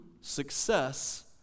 success